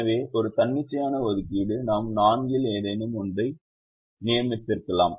எனவே இது ஒரு தன்னிச்சையான ஒதுக்கீடு நாம் 4 இல் ஏதேனும் ஒன்றை நியமித்திருக்கலாம்